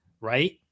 right